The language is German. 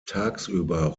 tagsüber